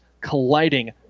colliding